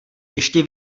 ještě